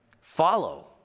follow